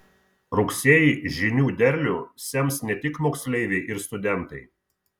rugsėjį žinių derlių sems ne tik moksleiviai ir studentai